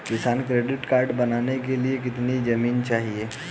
किसान credit card बनाने के लिए कितनी जमीन चाहिए?